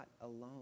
alone